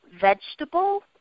Vegetable